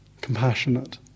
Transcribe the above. compassionate